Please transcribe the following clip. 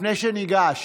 לפני שניגש